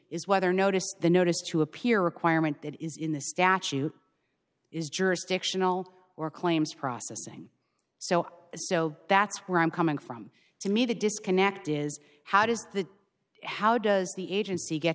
is whether notice the notice to appear requirement that is in the statute is jurisdictional or claims processing so so that's where i'm coming from to me the disconnect is how does the how does the agency get